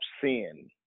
sin